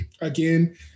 again